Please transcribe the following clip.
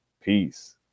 Peace